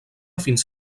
fins